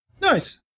nice